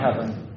heaven